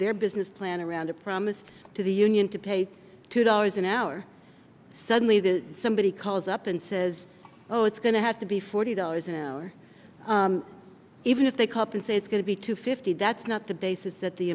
their business plan around a promise to the union to pay two dollars an hour suddenly the somebody calls up and says oh it's going to have to be forty dollars an hour even if they come up and say it's going to be two fifty that's not the basis that the